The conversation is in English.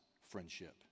friendship